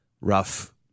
rough